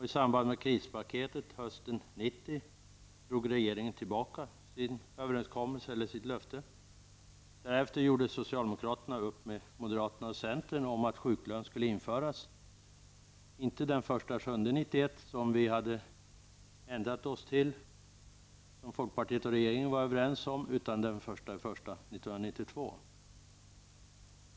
I samband med krispaketet hösten 1990 drog regeringen tillbaka sitt löfte. Därefter gjorde socialdemokraterna upp med moderaterna och centern om att sjuklön skulle införas, inte den 1 juli 1991 som folkpartiet och regeringen varit överens om utan den 1 januari 1992.